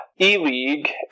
E-League